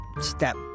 step